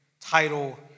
title